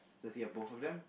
does he have both of them